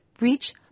reach